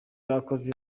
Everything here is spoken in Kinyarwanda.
abakozi